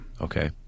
Okay